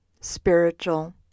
spiritual